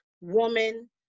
woman